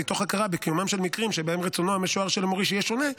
מתוך הכרה בקיומם של מקרים שבהם רצונו המשוער של המוריש יהיה שונה,